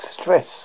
stress